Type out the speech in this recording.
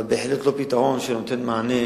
אבל בהחלט לא פתרון שנותן מענה